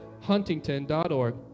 huntington.org